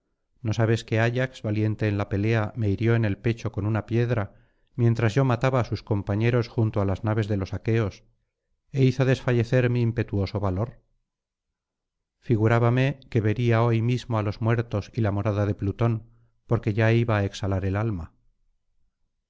no sabes que ayax valiente en la pelea me hirió en el pecho con una piedra mientras yo mataba á sus compañeros junto á las naves de los aqueos é hizo desfallecer mi impetuoso valor